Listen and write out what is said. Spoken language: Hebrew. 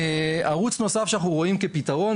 ערוץ נוסף שאנחנו רואים כפתרון,